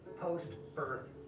Post-birth